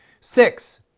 Six